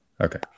Okay